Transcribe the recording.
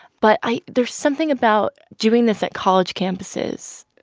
but i there's something about doing this at college campuses.